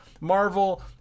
Marvel